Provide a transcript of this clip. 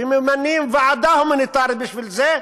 וממנים ועדה הומניטרית בשביל זה,